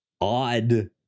odd